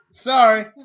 Sorry